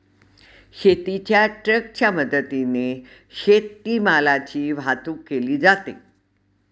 शेतीच्या ट्रकच्या मदतीने शेतीमालाची वाहतूक केली जाते